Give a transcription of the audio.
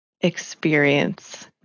experience